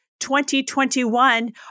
2021